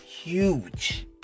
huge